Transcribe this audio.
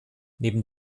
neben